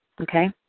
okay